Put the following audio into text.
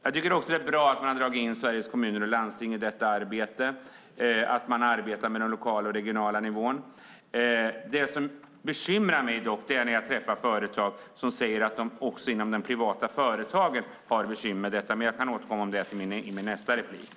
Det är också bra att man har dragit in Sveriges Kommuner och Landsting i detta arbete och att man arbetar med den lokala och den regionala nivån. Det som dock bekymrar mig är när jag träffar företagare som säger att de också inom de privata företagen har bekymmer med detta. Jag kan återkomma till det i mitt nästa inlägg.